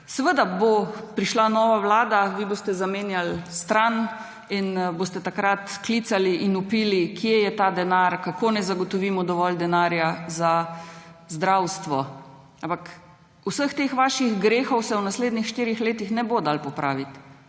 Seveda bo prišla nova vlada, vi boste zamenjali stran in boste takrat klicali in vpili, kje je ta denar, kako naj zagotovimo dovolj denarja za zdravstvo. Ampak vseh teh vaših grehov se v naslednjih štirih letih ne bo dalo popraviti.